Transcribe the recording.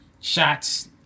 shots